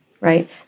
right